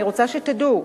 אני רוצה שתדעו.